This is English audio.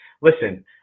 listen